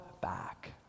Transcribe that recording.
back